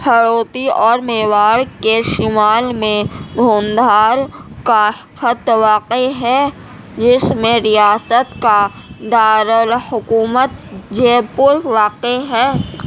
ہاڑوتی اور میواڑ کے شمال میں ڈھونڈھار کا خط واقع ہے جس میں ریاست کا دارالحکومت جے پور واقع ہے